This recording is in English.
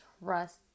trust